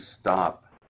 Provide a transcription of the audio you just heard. stop